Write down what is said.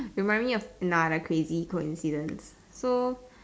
remind me of another crazy coincidence